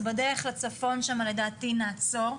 אז בדרך לצפון שם לדעתי נעצור.